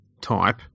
type